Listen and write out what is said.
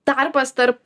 tarpas tarp